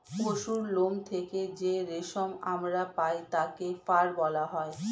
পশুর লোম থেকে যেই রেশম আমরা পাই তাকে ফার বলা হয়